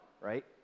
right